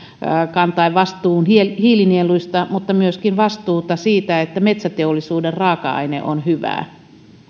kantaen vastuun hiilinieluista mutta myöskin vastuuta siitä että metsäteollisuuden raaka aine on hyvää